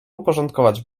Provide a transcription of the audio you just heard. uporządkować